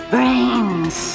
Brains